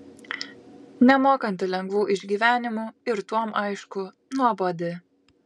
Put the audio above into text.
nemokanti lengvų išgyvenimų ir tuom aišku nuobodi